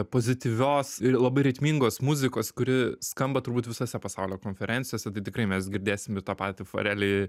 pozityvios ir labai ritmingos muzikos kuri skamba turbūt visose pasaulio konferencijose tai tikrai mes girdėsim ir tą patį farelį